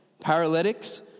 Paralytics